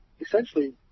essentially